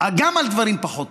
גם על דברים פחות טובים.